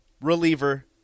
reliever